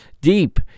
deep